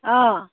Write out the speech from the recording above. অঁ